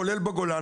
כולל בגולן,